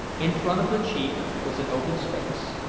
in front of the chief was an open space,